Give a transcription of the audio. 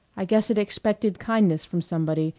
i guess it expected kindness from somebody,